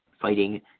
fighting